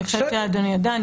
אני חושבת שאדוני יודע.